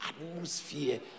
atmosphere